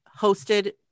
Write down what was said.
hosted